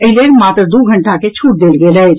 एहि लेल मात्र दू घंटाक छूट देल गेल अछि